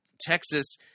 Texas